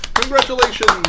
Congratulations